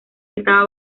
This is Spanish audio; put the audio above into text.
estaba